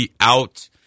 out